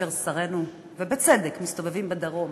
כאשר שרינו, ובצדק, מסתובבים בדרום